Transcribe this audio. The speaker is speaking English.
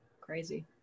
Crazy